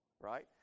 right